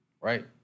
right